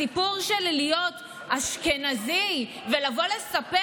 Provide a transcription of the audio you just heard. הסיפור של להיות אשכנזי ולבוא לספר